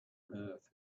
earth